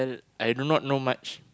I do not know much